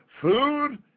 food